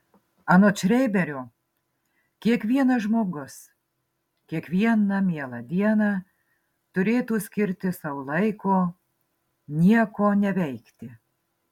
anot šreiberio kiekvienas žmogus kiekvieną mielą dieną turėtų skirti sau laiko nieko neveikti